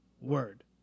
word